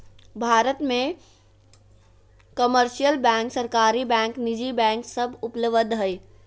भारत मे commercial bank, सरकारी bank, निजी बैंक सब उपलब्ध हय